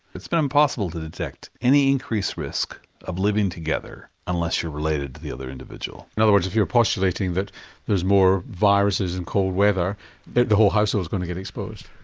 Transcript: it's been impossible to detect any increased risk of living together unless you're related to the other individual. in other words if you're postulating that there are more viruses in cold weather that the whole household is going to get exposed?